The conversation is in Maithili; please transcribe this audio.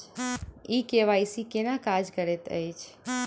ई के.वाई.सी केना काज करैत अछि?